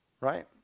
right